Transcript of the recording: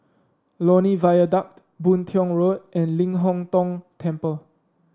Lornie Viaduct Boon Tiong Road and Ling Hong Tong Temple